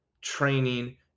training